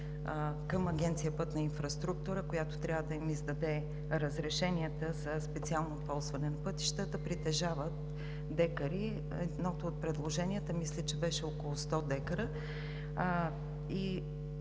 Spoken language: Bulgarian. към Агенция „Пътна инфраструктура“, която трябва да им издаде разрешенията за специално ползване на пътищата, притежават декари – едното от предложенията, мисля, че беше около 100 декара.